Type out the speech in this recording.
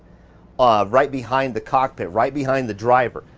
ah right behind the cockpit, right behind the driver,